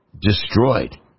destroyed